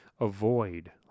avoid